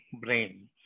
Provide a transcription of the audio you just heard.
brain